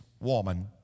woman